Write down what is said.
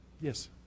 Yes